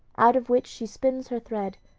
out of which she spins her thread,